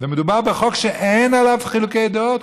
ומדובר בחוק שאין עליו חילוקי דעות,